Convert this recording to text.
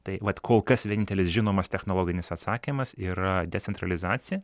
tai vat kol kas vienintelis žinomas technologinis atsakymas yra decentralizacija